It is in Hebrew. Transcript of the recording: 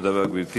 תודה רבה.